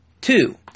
Two